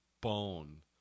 bone